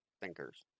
thinkers